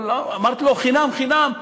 אבל אמרתי לו: חינם חינם?